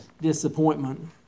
disappointment